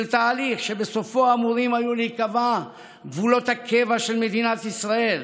של תהליך שבסופו אמורים היו להיקבע גבולות הקבע של מדינת ישראל